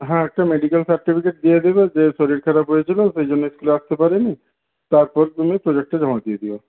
হ্যাঁ একটা medical certificate দিয়ে দেবে যে শরীর খারাপ হয়েছিল সেই জন্যে স্কুলে আসতে পারিনি তারপর তুমি প্রজেক্টটা জমা দিয়ে দিও